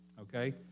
okay